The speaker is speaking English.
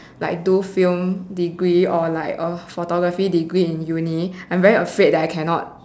like do film degree or like a photography degree in uni I'm very afraid that I cannot